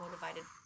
motivated